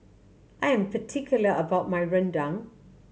I'm particular about my rendang